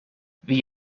wie